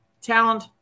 talent